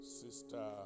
Sister